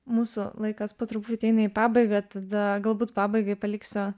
mūsų laikas po truputį eina į pabaigą tada galbūt pabaigai paliksiu